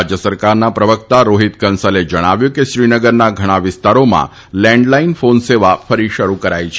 રાજ્ય સરકારના પ્રવક્તા રોહિત કંસલે જણાવ્યું છે કે શ્રીનગરના ઘણા વિસ્તારોમાં લેન્ઠલાઇન ફોનસેવા ફરી શરૂ કરાઇ છે